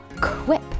Quip